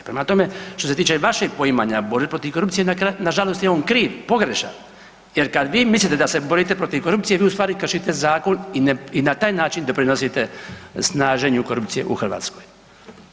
Prema tome, što se tiče vašeg poimanja borbe protiv korupcije nažalost je on kriv, pogrešan jer kad vi mislite da se borite protiv korupcije vi u stvari kršite zakon i na taj način doprinosite snaženju korupcije u Hrvatskoj.